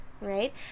right